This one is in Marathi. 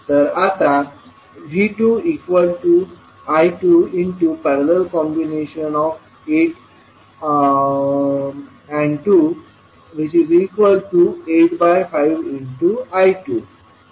तर आता V2I28।।285I2 y22I2V2I285I20